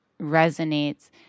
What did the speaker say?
resonates